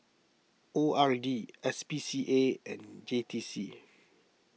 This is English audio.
O R D S P C A and J T C